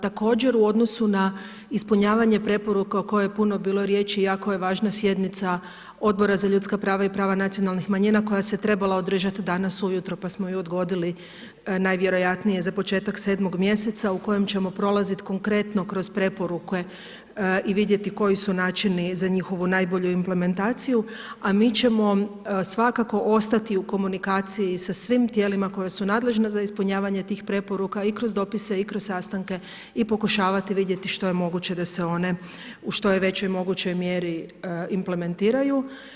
Također u odnosu na ispunjavanje preporuke o kojoj je puno bilo riječi jako je važna sjednica Odbora za ljudska prava i prava nacionalnih manjina koja se trebala održati danas ujutro pa smo ju odgodili najvjerojatnije za početak sedmog mjeseca u kojem ćemo prolaziti konkretno kroz preporuke i vidjeti koji su načini za njihovu najbolju implementaciju, a mi ćemo svakako ostati u komunikaciji sa svim tijelima koja su nadležna za ispunjavanje tih preporuka i kroz dopise i kroz sastanke i pokušavati vidjeti što je moguće da se one u što je većoj mogućoj mjeri implementiraju.